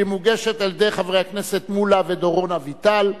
שמוגשת על-ידי חברי הכנסת מולה ודורון אביטל,